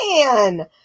Man